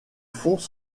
fonds